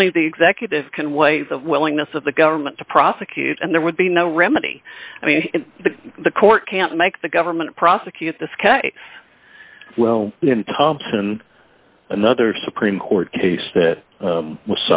only the executive can waive the willingness of the government to prosecute and there would be no remedy i mean the court can't make the government prosecute this case in thomson another supreme court case that